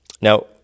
now